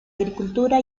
agricultura